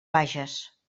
bages